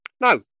no